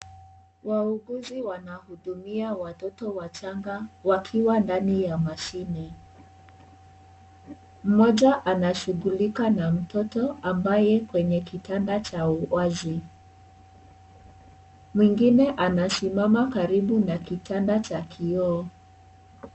Wauguzi wanahudumia watoto wachanga wakiwa ndani ya mashine. Mmoja anashughulika na mtoto ambaye kwenye kitanda cha wazi. Mwingine anasimama karibu na kitanda cha kioo.